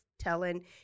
Telling